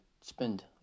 spend